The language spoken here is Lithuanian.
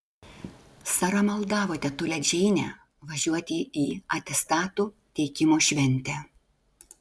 sara maldavo tetulę džeinę važiuoti į atestatų teikimo šventę